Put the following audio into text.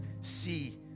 see